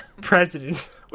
president